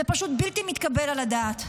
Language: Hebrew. זה פשוט בלתי מתקבל על הדעת.